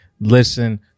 listen